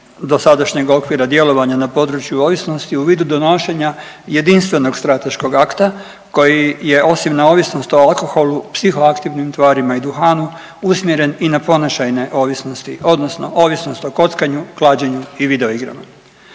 dosadašnjeg okvira djelovanja na području ovisnosti u vidu donošenja jedinstvenog strateškog akta koji je osim neovisnost o alkoholu, psihoaktivnim tvarima i duhanu usmjeren i na ponašajne ovisnosti odnosno ovisnost o kockanju, klađenju i video igrama.